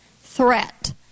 threat